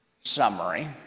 summary